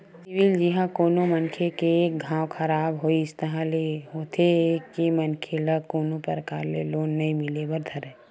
CIBIL जिहाँ कोनो मनखे के एक घांव खराब होइस ताहले होथे ये के मनखे ल कोनो परकार ले लोन नइ मिले बर धरय